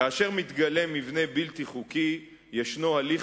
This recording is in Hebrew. כאשר מתגלה מבנה בלתי חוקי יש הליך